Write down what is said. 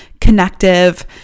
connective